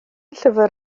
llyfr